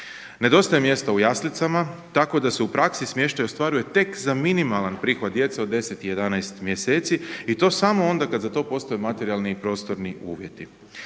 Nedostaje mjesta u jaslicama, tako da se u praksi smještaj ostvaruje tek za minimalan prihod djece od 10 i 11 mjeseci i to samo onda kada za to postoje materijalni i prostorni uvjeti.